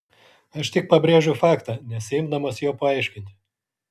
aš tik pabrėžiu faktą nesiimdamas jo paaiškinti